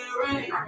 rain